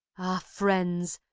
ah friends!